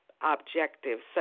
objectives